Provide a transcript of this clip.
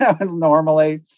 normally